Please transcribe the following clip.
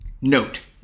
Note